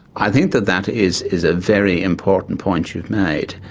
i think that that is is a very important point you've made.